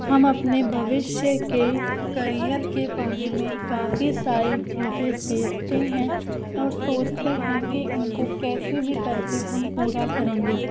हम अपने भविष्य के करियर के बारे में काफ़ी सारी चीज़ें देखते हैं और सोचते हैं कि उनको कैसे भी करके हम पूरा करेंगे